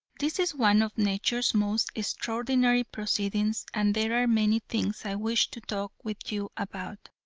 this is one of nature's most extraordinary proceedings and there are many things i wish to talk with you about,